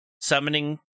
summoning